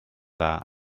dda